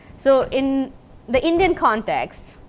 so in the indian context,